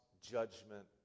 judgment